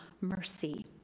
mercy